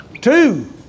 Two